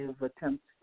attempts